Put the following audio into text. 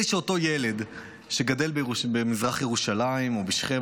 אותו ילד שגדל במזרח ירושלים או בשכם,